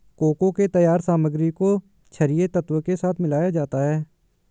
cocoa के तैयार सामग्री को छरिये तत्व के साथ मिलाया जाता है